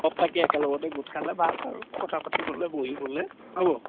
একেলগতে গোট খালে ভাল আৰু কথা পাতিব'লে বহিবলে